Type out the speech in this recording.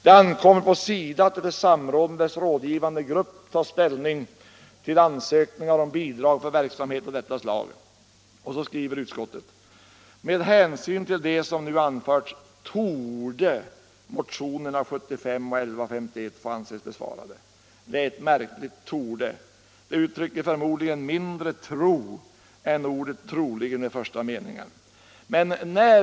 Det ankommer på SIDA att efter samråd med dess rådgivande grupp ta ställning till ansökningar om bidrag för verksamhet av detta slag.” Och vidare skriver utskottet: ”Med hänsyn till det som nu anförts torde motionerna 75 och 1151 få anses besvarade.” Det är ett märkligt ”torde”. Det uttrycker förmodligen mindre tro än ordet troligen i den första meningen.